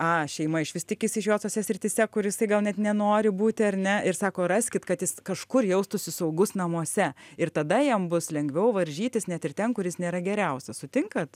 a šeima iš vis tikisi iš jo tose srityse kur jisai gal net nenori būti ar ne ir sako raskit kad jis kažkur jaustųsi saugus namuose ir tada jam bus lengviau varžytis net ir ten kur jis nėra geriausias sutinkat